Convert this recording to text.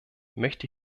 möchte